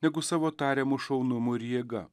negu savo tariamu šaunumu ir jėga